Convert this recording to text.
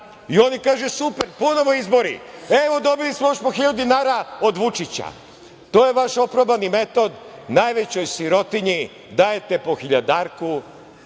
i oni kažu super ponovo izbori, evo, dobili smo još po 1.000 dinara od Vučića. To je vaš opravdani metod. Najvećoj sirotinji dajete po hiljadarku,